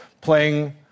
playing